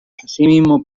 asimismo